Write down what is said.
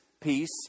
peace